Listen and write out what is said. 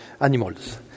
animals